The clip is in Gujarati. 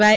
વાય